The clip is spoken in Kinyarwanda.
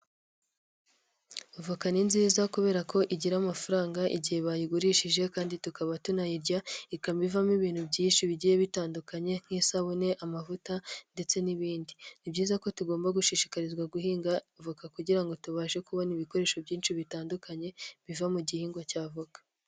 Avoka ni nziza kubera ko igira amafaranga igihe bayigurishije kandi tukaba tunayirya, ikaba ivamo ibintu byinshi bigiye bitandukanye: nk'isabune, amavuta, ndetse n'ibindi. Ni byiza ko tugomba gushishikarizwa guhinga voka kugirango ngo tubashe kubona ibikoresho byinshi bitandukanye biva mu gihingwa cya avoka.